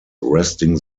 resting